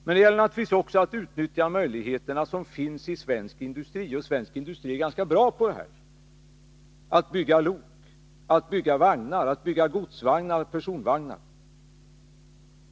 Men det gäller naturligtvis också att utnyttja möjligheterna som finns i svensk industri. Svensk industri är ganska bra på att bygga lok och att bygga godsvagnar och personvagnar.